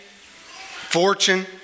fortune